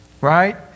Right